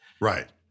Right